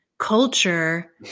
culture